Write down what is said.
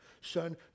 Son